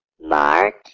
Mark